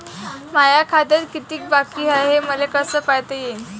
माया खात्यात कितीक बाकी हाय, हे मले कस पायता येईन?